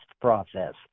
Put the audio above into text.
process